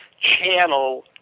channel